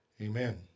Amen